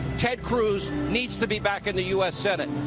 ted cruz needs to be back in the u s. senate.